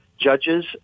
judges